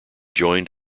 joined